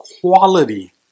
quality